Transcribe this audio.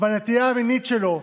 והנטייה המינית שלו,